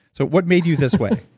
so what made you this way?